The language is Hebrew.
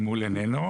היא מול עינינו.